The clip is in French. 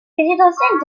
résidentiels